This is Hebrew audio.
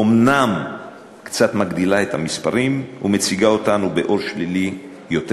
אומנם קצת מגדילה את המספרים ומציגה אותנו באור שלילי יותר,